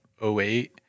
08